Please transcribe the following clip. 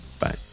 bye